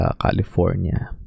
California